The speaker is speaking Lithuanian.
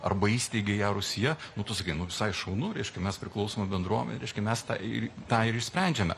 arba įsteigia ją rūsyje nu tu sakai nu visai šaunu reiškia mes priklausome bendruomenei reiškia mes tą tą ir išsprendžiame